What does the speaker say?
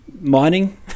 mining